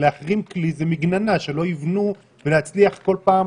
הרי להחרים כלי זה מגננה שלא יבנו, ולהצליח כל פעם